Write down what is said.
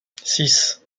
six